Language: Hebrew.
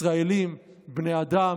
ישראלים, בני אדם.